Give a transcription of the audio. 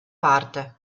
parte